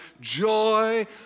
joy